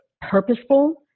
purposeful